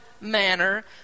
manner